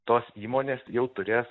tos įmonės jau turės